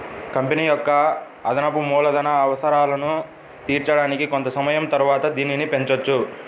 company యొక్క అదనపు మూలధన అవసరాలను తీర్చడానికి కొంత సమయం తరువాత దీనిని పెంచొచ్చు